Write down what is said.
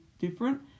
different